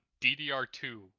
DDR2